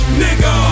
nigga